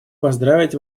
поздравить